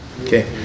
Okay